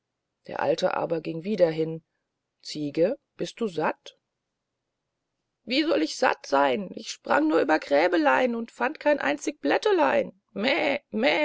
der alte aber ging wieder hin ziege bist du satt wie sollt ich satt seyn ich sprang nur über gräbelein und fand kein einzig blättelein